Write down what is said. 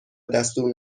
دستور